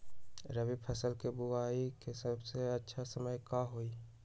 रबी फसल के बुआई के सबसे अच्छा समय का हई?